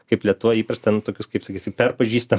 kaip lietuvoj įprasta nu tokius kaip sakysim per pažįsta